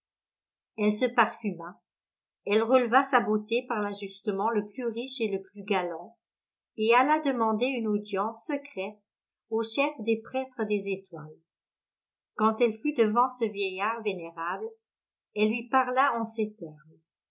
elle se parfuma elle releva sa beauté par l'ajustement le plus riche et le plus galant et alla demander une audience secrète au chef des prêtres des étoiles quand elle fut devant ce vieillard vénérable elle lui parla en ces termes